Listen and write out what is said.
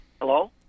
Hello